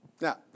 Now